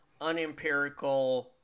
unempirical